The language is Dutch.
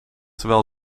terwijl